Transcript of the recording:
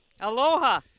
Aloha